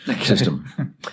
system